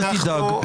אל תדאג.